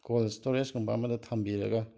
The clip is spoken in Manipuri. ꯀꯣꯜ ꯏꯁꯇꯣꯔꯦꯖꯀꯨꯝꯕ ꯑꯃꯗ ꯊꯝꯕꯤꯔꯒ